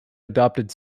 adopted